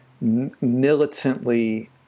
militantly